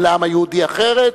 שאין לעם היהודי אחרת,